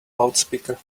loudspeaker